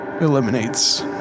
Eliminates